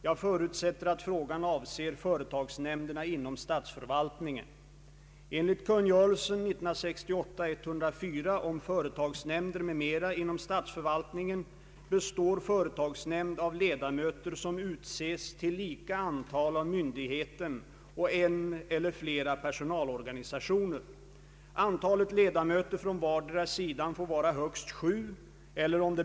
Jag förutsätter att frågan avser företagsnämnderna inom statsförvaltningen.